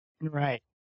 Right